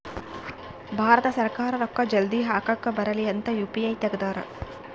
ಭಾರತ ಸರ್ಕಾರ ರೂಕ್ಕ ಜಲ್ದೀ ಹಾಕಕ್ ಬರಲಿ ಅಂತ ಯು.ಪಿ.ಐ ತೆಗ್ದಾರ